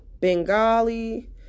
Bengali